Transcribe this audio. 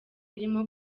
birimo